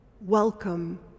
welcome